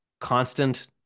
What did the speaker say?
constant